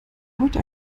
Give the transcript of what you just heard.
heute